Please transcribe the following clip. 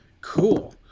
Cool